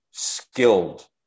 skilled